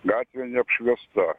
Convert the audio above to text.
gatvė neapšviesta